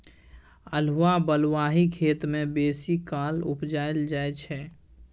अल्हुआ बलुआही खेत मे बेसीकाल उपजाएल जाइ छै